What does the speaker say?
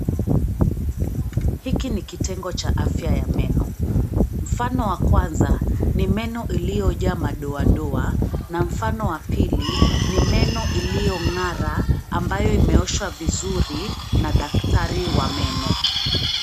Hiki ni kitengo cha afya ya meno, mfano wa kwanza ni meno iliyojaa madoadoa na mfano wa pili ni meno iliyong'ara ambaye imeoshwa vizuri na daktari wa meno.